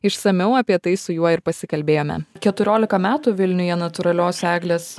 išsamiau apie tai su juo ir pasikalbėjome keturiolika metų vilniuje natūralios eglės